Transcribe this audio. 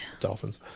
Dolphins